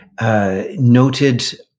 Noted